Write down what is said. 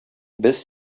без